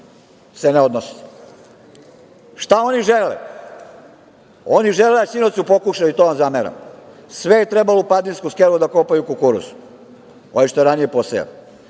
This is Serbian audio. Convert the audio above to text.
se ne odnosi. Šta oni žele? Oni žele, a sinoć su pokušali, to vam zameram, sve je trebalo u Padinski Skelu da kopaju kukuruz, ovaj što je ranije posejan.